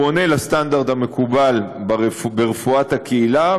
הוא עונה לסטנדרט המקובל ברפואת הקהילה,